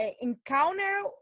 encounter